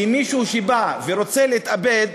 כי מי שבא ורוצה להתאבד,